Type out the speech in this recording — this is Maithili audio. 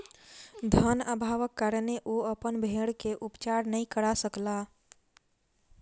धन अभावक कारणेँ ओ अपन भेड़ के उपचार नै करा सकला